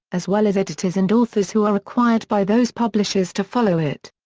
as well as editors and authors who are required by those publishers to follow it.